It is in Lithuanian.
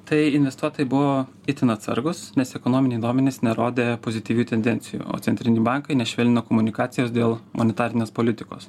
tai investuotojai buvo itin atsargūs nes ekonominiai duomenys nerodė pozityvių tendencijų o centriniai bankai nešvelnino komunikacijos dėl monetarinės politikos